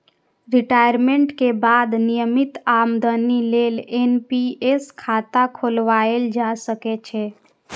retirement के बाद नियमित आमदनी लेल एन.पी.एस खाता खोलाएल जा सकै छै